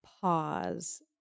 pause